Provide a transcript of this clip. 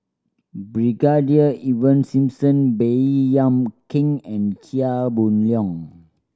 Brigadier Ivan Simson Baey Yam Keng and Chia Boon Leong